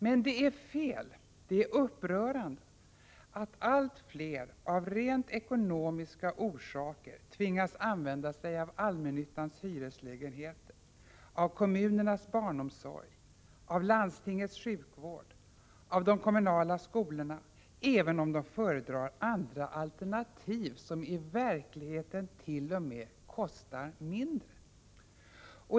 Men det är fel, det är upprörande, att allt fler av rent ekonomiska orsaker tvingas använda sig av allmännyttans hyreslägenheter, av kommunernas barnomsorg, av landstingens sjukvård, av de kommunala skolorna, även om de föredrar andra alternativ, som i verkligheten t.o.m. kostar mindre.